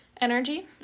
energy